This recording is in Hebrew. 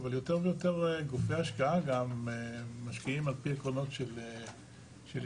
אבל יותר ויותר גופי השקעה משקיעים לפי עקרונות של ESG,